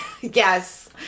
Yes